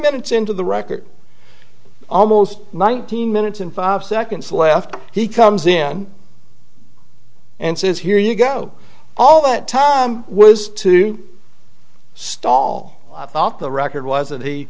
minutes into the record almost nineteen minutes and five seconds left he comes in and says here you go all that time was to stall i thought the record was